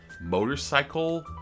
motorcycle